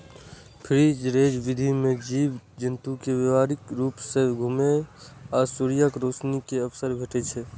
free range विधि मे जीव जंतु कें व्यापक रूप सं घुमै आ सूर्यक रोशनी के अवसर भेटै छै